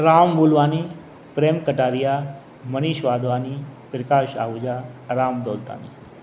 Ram Bulwani Prem Kataria Manish Wadhwani Prakash Ahuja Adam Dolatani